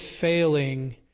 failing